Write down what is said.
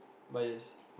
bias